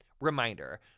Reminder